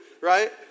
right